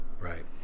Right